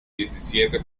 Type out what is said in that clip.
diecisiete